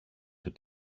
του